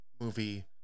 movie